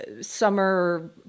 summer